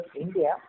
India